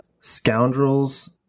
Scoundrels